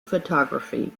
photography